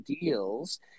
deals